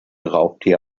raubtier